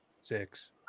six